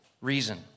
reason